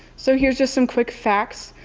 so, here's just some quick facts,